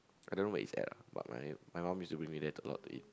I don't know where is that lah but my my mum use to bring me there a lot to eat